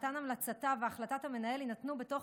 מתן המלצתה והחלטת המנהל יינתנו בתוך